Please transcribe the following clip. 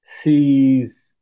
sees